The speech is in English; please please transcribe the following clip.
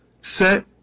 set